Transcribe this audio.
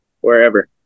wherever